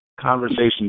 conversation